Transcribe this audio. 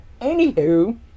anywho